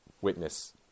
witness